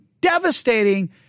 devastating